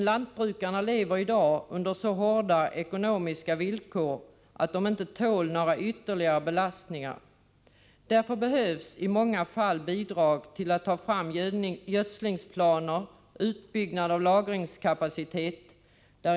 Men lantbrukarna lever i dag under så hårda ekonomiska villkor att de inte tål någon ytterligare belastning. Därför behövs i många fall bidrag till att ta fram gödslingsplaner och till utbyggnad av lagringskapacitet.